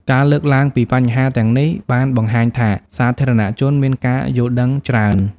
ការលើកឡើងពីបញ្ហាទាំងនេះបានបង្ហាញថាសាធារណៈជនមានការយល់ដឹងច្រើន។